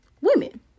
women